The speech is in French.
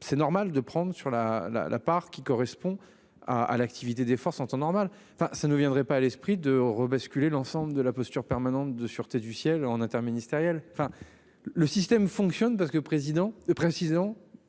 C'est normal de prendre sur la la la part qui correspond à à l'activité des forces en temps normal, enfin ça ne viendrait pas à l'esprit de rebasculer l'ensemble de la posture permanente de sûreté du ciel en interministériel. Enfin, le système fonctionne parce que le président